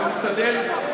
אני מסתדר.